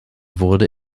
wurde